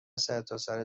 سرتاسر